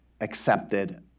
accepted